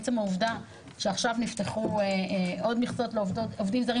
עצם העובדה שעכשיו נפתחו עוד מכסות לעובדים זרים,